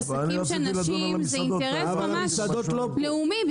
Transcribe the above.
עסקים של נשים זה אינטרס ממש לאומי,